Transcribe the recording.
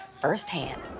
firsthand